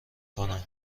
کنم